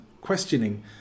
questioning